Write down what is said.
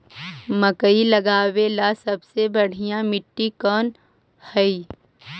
मकई लगावेला सबसे बढ़िया मिट्टी कौन हैइ?